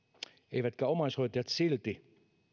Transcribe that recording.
eivätkä omaishoitajat silti